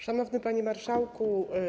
Szanowny Panie Marszałku!